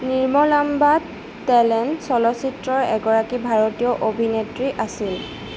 নিৰ্মলাম্মা তেলেং চলচ্চিত্ৰৰ এগৰাকী ভাৰতীয় অভিনেত্ৰী আছিল